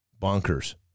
bonkers